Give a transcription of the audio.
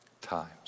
times